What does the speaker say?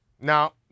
Now